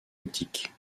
optique